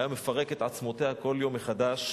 הוא היה מפרק את עצמותיה כל יום מחדש,